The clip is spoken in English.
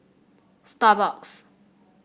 Starbucks